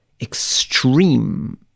extreme